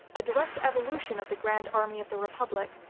a direct evolution of the grand army of the republic,